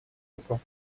руку